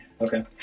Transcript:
Okay